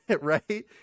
right